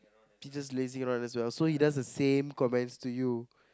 he's just lazing around as well so he does the same comments to you